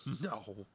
no